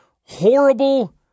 horrible